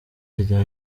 rya